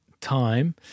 time